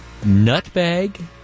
nutbag